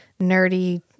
nerdy